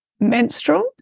menstrual